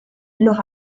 los